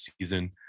season